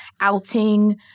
outing